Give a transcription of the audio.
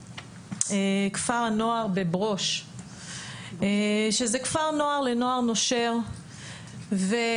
בכפר הנוער בברוש שזה כפר נוער לנוער נושר ואז